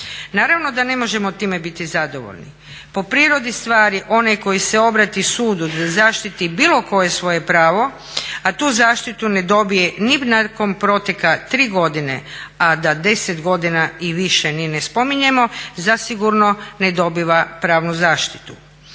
Naravno da ne možemo time biti zadovoljni. Po prirodi stvari onaj koji se obrati sudu da zaštiti bilo koje svoje pravo, a tu zaštitu ne dobije ni nakon proteka 3 godine, a da 10 godina i više ni ne spominjemo zasigurno ne dobiva pravnu zaštitu.